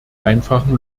einfachen